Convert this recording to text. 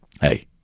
Hey